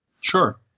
Sure